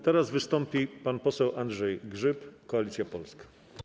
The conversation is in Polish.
Teraz wystąpi pan poseł Andrzej Grzyb, Koalicja Polska.